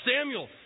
Samuel